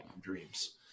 dreams